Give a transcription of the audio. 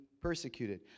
persecuted